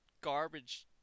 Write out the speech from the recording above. garbage